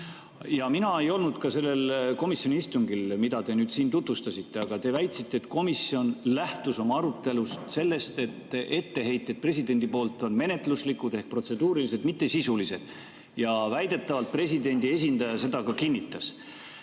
Ka mind ei olnud sellel komisjoni istungil, mida te nüüd siin tutvustasite. Aga te väitsite, et komisjon lähtus oma arutelus sellest, et presidendi etteheited on menetluslikud ehk protseduurilised, mitte sisulised. Ja väidetavalt presidendi esindaja seda ka kinnitas. Teate,